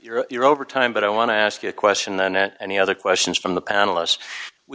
your year over time but i want to ask you a question and any other questions from the panelists we